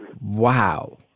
Wow